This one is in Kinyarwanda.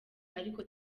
ariko